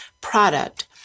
product